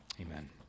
Amen